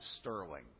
sterling